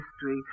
history